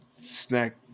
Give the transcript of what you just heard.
snack